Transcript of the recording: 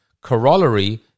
Corollary